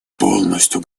полностью